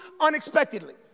unexpectedly